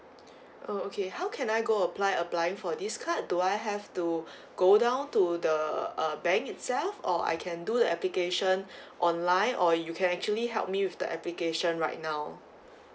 oh okay how can I go apply applying for this card do I have to go down to the uh bank itself or I can do the application online or you can actually help me with the application right now